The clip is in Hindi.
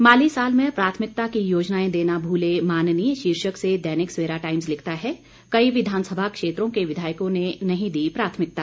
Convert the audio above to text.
माली साल में प्राथमिकता की योजनाएं देना भूले माननीय शीर्षक से दैनिक सवेरा टाइम्स लिखता है कई विधानसभा क्षेत्रों के विधायकों ने नहीं दी प्राथमिकता